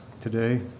today